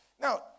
Now